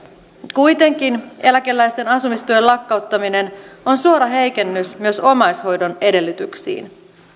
kuitenkin eläkeläisten asumistuen lakkauttaminen on suora heikennys myös omaishoidon edellytyksiin